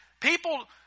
people